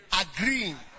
agreeing